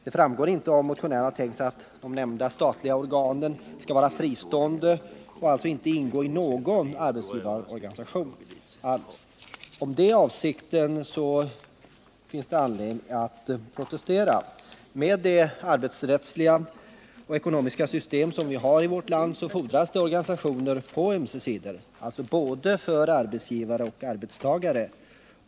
Det framgår inte om motionärerna har tänkt sig att de nämnda statliga organen skall vara fristående och alltså inte ingå i någon arbetsgivarorganisation. Om detta är avsikten finns det anledning att protestera. Med det arbetsrättsliga och ekonomiska system som vi har i vårt land fordras det organisationer på ömse sidor — alltså både för arbetsgivare och för arbetstagare.